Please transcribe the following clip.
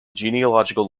genealogical